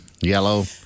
Yellow